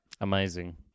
amazing